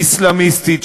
אסלאמיסטית,